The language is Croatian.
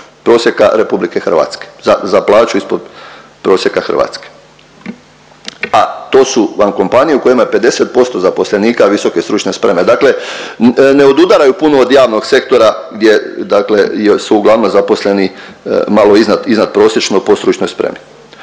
prosjeka RH za plaću ispod prosjeka Hrvatske, a to su vam kompanije u kojima je 50% zaposlenika visoke stručne spreme. Dakle, ne odudaraju puno od javnog sektora gdje dakle su uglavnom zaposleni malo iznad prosječno po stručnoj spremi.